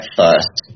first